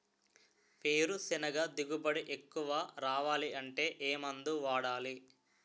వేరుసెనగ దిగుబడి ఎక్కువ రావాలి అంటే ఏ మందు వాడాలి?